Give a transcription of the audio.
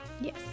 Yes